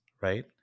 right